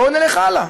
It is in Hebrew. בואו נלך הלאה.